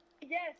Yes